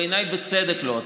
ובעיניי בצדק זה לא הכיוון.